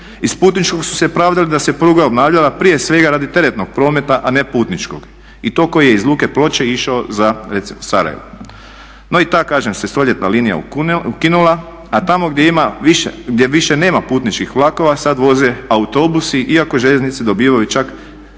Iz putničkog su se pravdali da se pruga obnavljala prije svega radi teretnog prometa, a ne putničkog i to koji je iz luke Ploče išao za Sarajevo. No i ta kažem se stoljetna linija ukinula, a tamo gdje više nema putničkih vlakova sad voze autobusi iako željeznice dobivaju čak